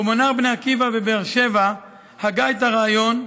קומונר בני עקיבא בבאר שבע הגה את הרעיון,